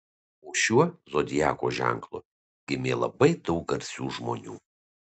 po šiuo zodiako ženklu gimė labai daug garsių žmonių